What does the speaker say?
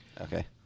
Okay